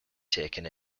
taken